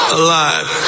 alive